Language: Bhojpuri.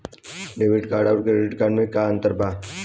डेबिट कार्ड आउर क्रेडिट कार्ड मे का अंतर बा?